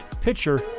pitcher